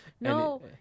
No